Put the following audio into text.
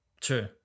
True